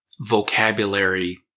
vocabulary